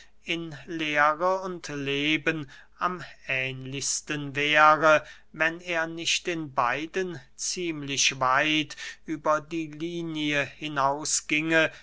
in lehre und leben am ähnlichsten wäre wenn er nicht in beidem ziemlich weit über die linie